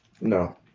No